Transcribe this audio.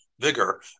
Vigor